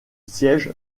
siège